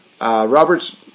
Roberts